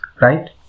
right